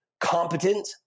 competent